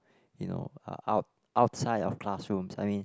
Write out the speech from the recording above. you know uh out~ outside of classrooms I mean